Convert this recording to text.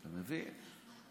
אתה מבין?